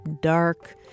dark